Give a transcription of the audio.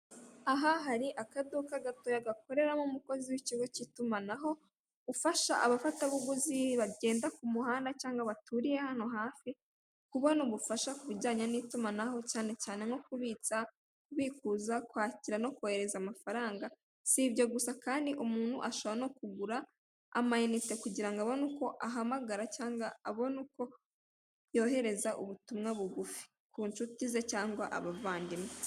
Aha hari akazu gatoya gakoreramo ikigo cy'itumanaho ufasha abafatabuguzi bagenda ku muhanda cyangwa baturiye hano hafi kubona ubufasha ku bijyanye n'itumanaho cyane cyane nko kubitsa kubikuza, kwakira no kohereza amafaranga sibyo gusa kandi umuntu ashobora no kugura amainte kugira ngo ahamagare cyangwa kohereza ubutumwa bugufi ku nshuti ze cyangwa abavandimwe.